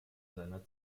seiner